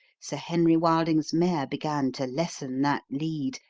sir henry wilding's mare began to lessen that lead,